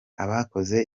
abakoze